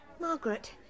Margaret